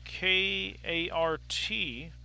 KART